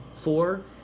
four